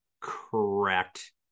correct